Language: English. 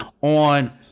on